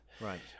Right